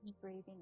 breathing